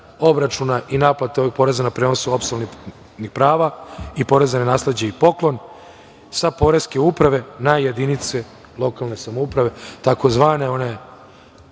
obračuna i naplate ovog poreza na prenosu apsolutnih prava i poreza na nasleđe i poklon sa Poreske uprave na jedinice lokalne samouprave takozvane,